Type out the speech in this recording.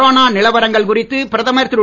corona நிலவரங்கள் குறித்து பிரதமர் திரு